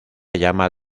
llama